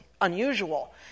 unusual